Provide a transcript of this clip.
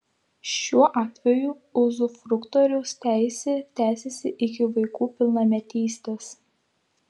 šiuo atveju uzufruktoriaus teisė tęsiasi iki vaikų pilnametystės